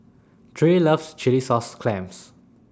Trae loves Chilli Sauce Clams